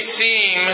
seem